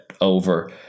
over